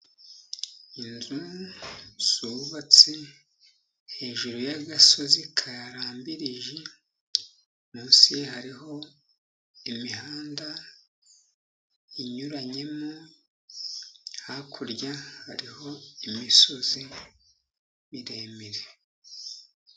Inzu zubabatse hejuru y'agasozi karambirije. Munsi hariho imihanda inyuranyemo, hakurya hariho imisozi miremire.